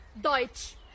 Deutsch